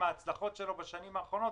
והשעמום מביא אחר כך לפשע,